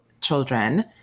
children